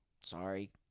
sorry